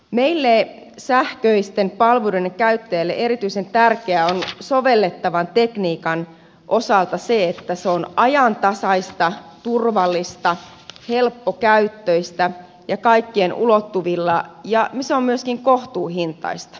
meille sähköisten palveluiden käyttäjille erityisen tärkeää on sovellettavan tekniikan osalta se että se on ajantasaista turvallista helppokäyttöistä ja kaikkien ulottuvilla ja että se on myöskin kohtuuhintaista